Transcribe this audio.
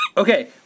Okay